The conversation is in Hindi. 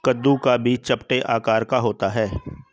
कद्दू का बीज चपटे आकार का होता है